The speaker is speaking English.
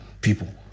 people